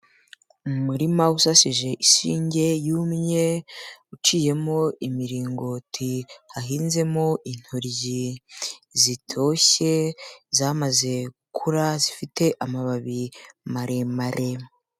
Umurima usasije ishinge yumye, uciyemo imiringoti, hahinzemo intoyi zitoshye, zamaze gukura zifite amababi maremare.